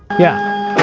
yeah.